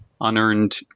unearned